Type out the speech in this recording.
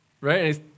Right